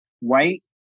white